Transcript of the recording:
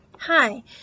Hi